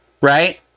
right